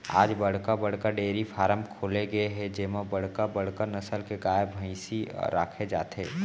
आज बड़का बड़का डेयरी फारम खोले गे हे जेमा बड़का बड़का नसल के गाय, भइसी राखे जाथे